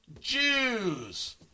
Jews